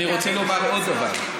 אני רוצה לומר עוד דבר.